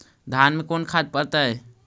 धान मे कोन खाद पड़तै?